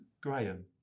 Graham